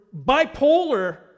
bipolar